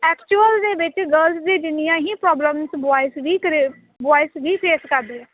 actual ਦੇ ਵਿੱਚ girls ਦੀ ਜਿੰਨੀਆਂ ਹੀ ਪ੍ਰੋਬਲਮਸ ਬੋਇਸ ਵੀ ਕਰੀ ਬੋਇਸ ਵੀ ਫੇਸ ਕਰਦੇ ਆ